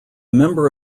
member